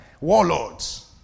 warlords